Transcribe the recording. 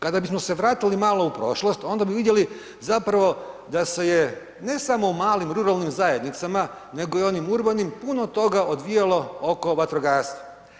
Kada bismo se vratili malo u prošlost onda bi vidjeli zapravo da se je ne samo u malim ruralnim zajednicama nego i u onim urbanim puno toga odvijalo oko vatrogastva.